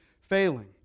failing